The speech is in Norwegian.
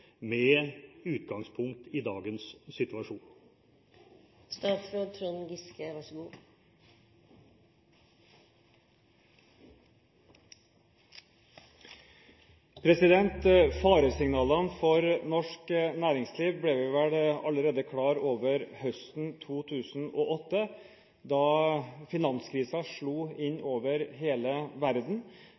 med utgangspunkt i dagens situasjon? Faresignalene for norsk næringsliv ble vi vel klar over allerede høsten 2008, da finanskrisen slo inn over hele verden,